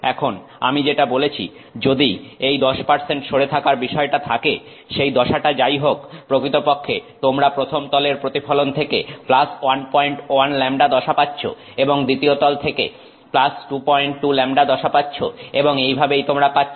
এখন আমি যেটা বলেছি যদি এই 10 সরে থাকার বিষয়টা থাকে সেই দশাটা যাই হোক প্রকৃতপক্ষে তোমরা প্রথম তলের প্রতিফলন থেকে 11λ দশা পাচ্ছ এবং দ্বিতীয় তল থেকে 22λ দশা পাচ্ছ এবং এইভাবেই তোমরা পাচ্ছ